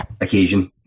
occasion